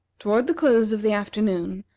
toward the close of the afternoon,